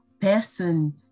person